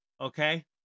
okay